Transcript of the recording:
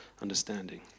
understanding